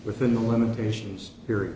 within the limitations per